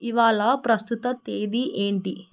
ఇవాళ ప్రస్తుత తేదీ ఏంటి